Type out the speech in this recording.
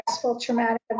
Traumatic